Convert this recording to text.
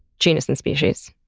genus and species,